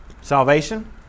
Salvation